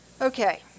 Okay